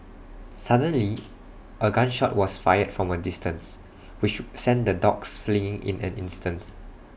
suddenly A gun shot was fired from A distance which sent the dogs fleeing in an instant